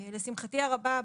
לשמחתי הרבה,